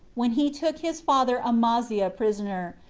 when he took his father amaziah prisoner,